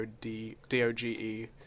D-O-G-E